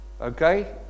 okay